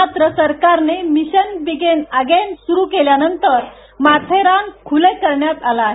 मात्र सरकारने mission begin again सुरू केल्यानंतर माथेरान खूले करण्यात आले आहे